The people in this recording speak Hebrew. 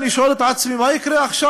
אני שואל את עצמי מה יקרה עכשיו,